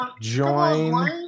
join